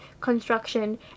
construction